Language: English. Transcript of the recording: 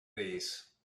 these